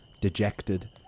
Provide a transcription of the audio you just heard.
dejected